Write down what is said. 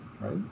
right